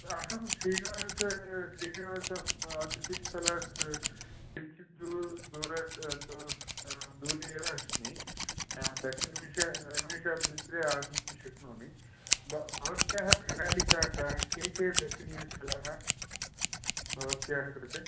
अहं श्रीनिवास श्रीनिवासवसतिस्थलात् किञ्चिद् दूरे एव अस्मि दशनिमेष निमेषाभ्यन्तरे आगन्तुं शक्नोमि भवत्याः प्रणालिका का के के दर्शनीयस्थलः भवत्याः कृते